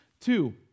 Two